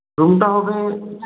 রুমটা হবে